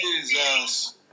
Jesus